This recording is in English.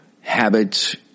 habits